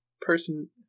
person